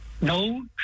no